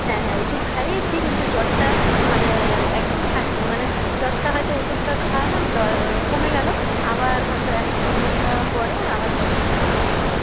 হ্যাঁ হ্যাঁ ওষুধ খাইয়েছি কিন্তু জ্বরটা মানে একদম ছাড়ছে নি মানে জ্বরটা হয়তো ওষুধটা খাওয়ালাম তার কমে গেলো আবার হয় তো এক দু ঘন্টা পরে আবার জ্বরটা ফিরে আসছে হ্যাঁ